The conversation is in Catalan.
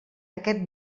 aquest